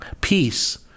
peace